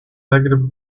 negative